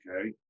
okay